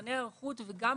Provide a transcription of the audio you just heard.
שזמני ההיערכות וגם